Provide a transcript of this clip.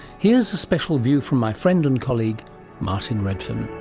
here's a special view from my friend and colleague martin redfern.